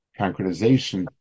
concretization